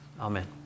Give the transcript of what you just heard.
amen